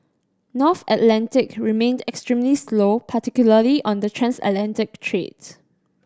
North Atlantic remained extremely slow particularly on the transatlantic trades